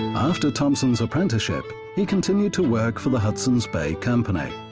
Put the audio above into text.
after thompson's apprenticeship, he continued to work for the hudson's bay company.